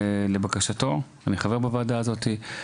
אני חבר בוועדה הזאת.